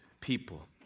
people